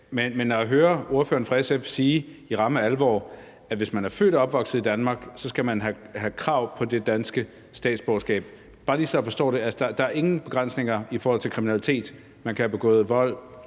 Men jeg hører ordføreren fra SF sige i ramme alvor, at hvis man er født og opvokset i Danmark, så skal man have krav på det danske statsborgerskab. Det er bare lige, så jeg forstår det. Altså, er der ingen begrænsninger i forhold til kriminalitet? Man kan have begået vold,